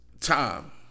time